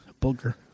Booger